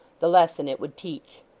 the lesson it would teach.